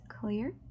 Clear